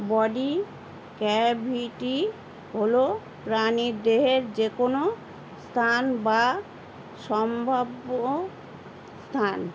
body cavity হলো প্রাণীর দেহের যে কোনো স্থান বা সম্ভাব্য স্থান